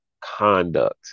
conduct